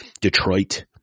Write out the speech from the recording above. Detroit